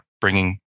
bringing